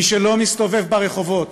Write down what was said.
מי שלא מסתובב ברחובות,